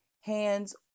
hands